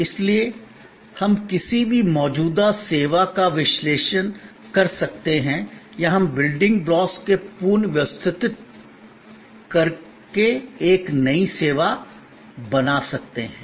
इसलिए हम किसी भी मौजूदा सेवा का विश्लेषण कर सकते हैं या हम बिल्डिंग ब्लॉक्स को पुनर्व्यवस्थित करके एक नई सेवा बना सकते हैं